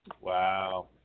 Wow